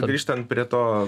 grįžtant prie to